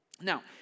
Now